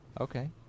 okay